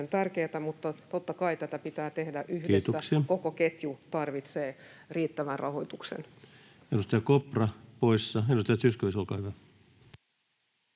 äärimmäisen tärkeätä, mutta totta kai tätä pitää tehdä yhdessä, [Puhemies: Kiitoksia!] ja koko ketju tarvitsee riittävän rahoituksen. Edustaja Kopra poissa. — Edustaja Zyskowicz, olkaa hyvä.